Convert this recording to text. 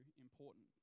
important